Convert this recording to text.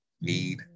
need